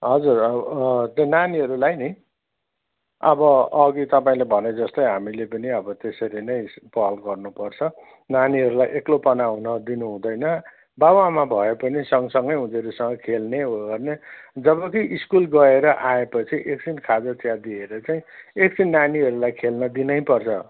हजुर अब अँ त्यो नानीहरूलाई नि अब अघि तपाईँले भने जस्तै हामीले पनि अब त्यसरी नै पहल गर्नुपर्छ नानीहरूलाई एक्लोपना हुन दिनुहुँदैन बाउआमा भए पनि सँगसँगै उनीहरूसँगै खेल्ने उ गर्ने जब कि स्कुल गएर आएपछि एकछिन खाजा चिया दिएर चाहिँ एकछिन नानीहरूलाई खेल्न दिनै पर्छ